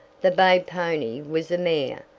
the bay pony was a mare,